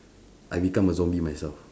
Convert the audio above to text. I become a zombie myself